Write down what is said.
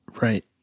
right